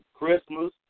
Christmas